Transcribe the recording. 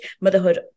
motherhood